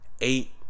Eight